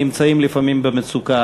נמצאים לפעמים במצוקה.